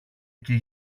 εκεί